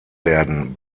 werden